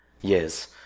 Yes